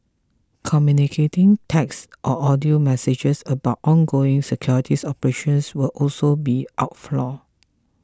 communicating text or audio messages about ongoing security operations will also be outlawed